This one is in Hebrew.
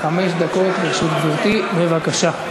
חמש דקות לרשות גברתי, בבקשה.